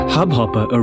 Hubhopper